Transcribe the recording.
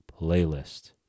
playlist